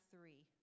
three